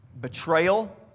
betrayal